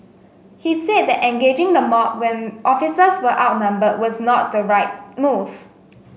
he said that engaging the mob when officers were outnumber was not the right move